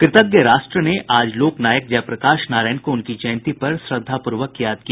कृतज्ञ राष्ट्र ने आज लोकनायक जय प्रकाश नारायण को उनकी जयंती पर श्रद्वापूर्वक याद किया